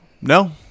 no